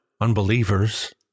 Unbelievers